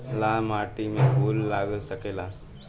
लाल माटी में फूल लाग सकेला?